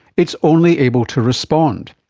it's only able to respond.